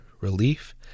relief